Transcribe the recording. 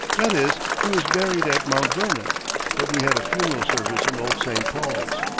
that is, he was buried at mount vernon but we had a funeral service in old st. paul's.